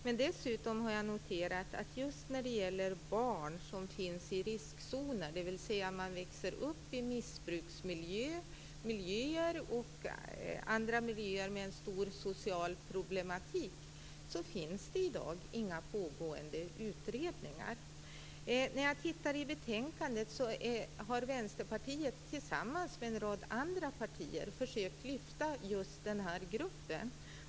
Men dessutom har jag noterat att just när det gäller barn som finns i riskzonen, dvs. som växer upp i missbruksmiljöer eller andra miljöer med en stor social problematik, finns det i dag inga pågående utredningar. När jag tittar i betänkandet har Vänsterpartiet tillsammans med en rad andra partier försökt lyfta fram just denna grupp.